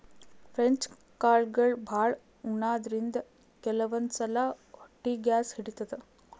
French ಕಾಳ್ಗಳ್ ಭಾಳ್ ಉಣಾದ್ರಿನ್ದ ಕೆಲವಂದ್ ಸಲಾ ಹೊಟ್ಟಿ ಗ್ಯಾಸ್ ಹಿಡಿತದ್